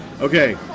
Okay